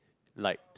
like